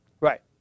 Right